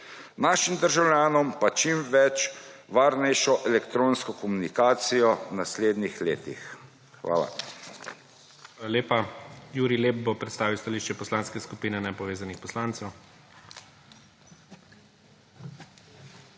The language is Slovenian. našim državljanom pa čim varnejšo elektronsko komunikacijo v naslednjih letih. Hvala.